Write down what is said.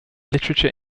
literature